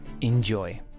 Enjoy